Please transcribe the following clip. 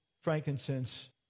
frankincense